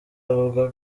avuga